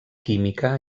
química